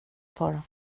fara